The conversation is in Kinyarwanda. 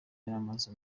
yaramaze